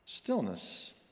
Stillness